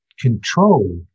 control